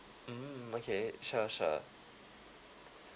mmhmm okay sure sure